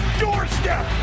doorstep